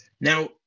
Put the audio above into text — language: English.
Now